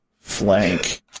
flank